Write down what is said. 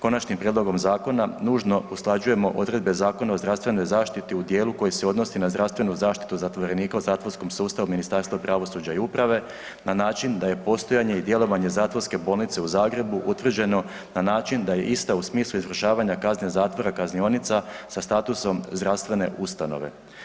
Konačnim prijedlogom zakona nužno usklađujemo odredbe Zakona o zdravstvenoj zaštiti u dijelu koji se odnosi na zdravstvenu zaštitu zatvorenika u zatvorskom sustavu Ministarstva pravosuđa i uprave na način da je postojanje i djelovanje Zatvorske bolnice u Zagrebu utvrđeno na način da ista u smislu izvršavanja kazne zatvora kaznionica sa statusom zdravstvene ustanove.